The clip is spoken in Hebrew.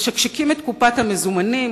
משקשקים את קופת המזומנים,